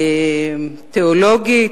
תיאולוגית,